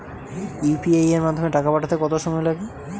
UPI এর মাধ্যমে টাকা পাঠাতে কত সময় লাগে?